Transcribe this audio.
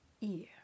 ear